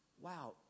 wow